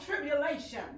tribulation